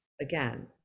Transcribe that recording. again